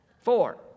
Four